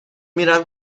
میرم